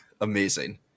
Amazing